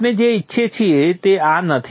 આપણે જે ઇચ્છીએ છીએ તે આ નથી